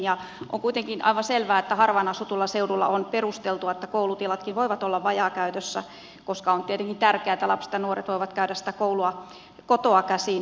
on kuitenkin aivan selvää että harvaan asutulla seudulla on perusteltua että koulutilatkin voivat olla vajaakäytössä koska on tietenkin tärkeää että lapset ja nuoret voivat käydä sitä koulua kotoa käsin